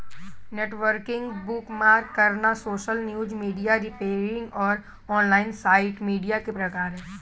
networking, bookmark करना, social news, media sharing और online site media के प्रकार हैं